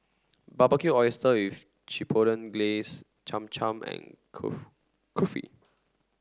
Barbecue Oysters with Chipotle Glaze Cham Cham and Kulfi Kulfi